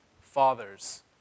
fathers